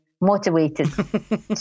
motivated